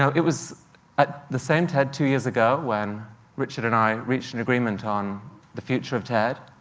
so it was at the same ted two years ago when richard and i reached an agreement on the future of ted.